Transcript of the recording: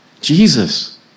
Jesus